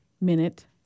minute